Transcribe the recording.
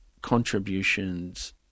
contributions